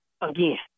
again